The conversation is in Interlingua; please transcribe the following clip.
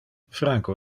franco